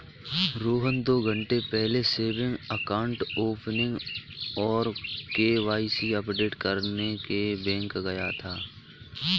रोहन दो घन्टे पहले सेविंग अकाउंट ओपनिंग और के.वाई.सी अपडेट करने के लिए बैंक गया था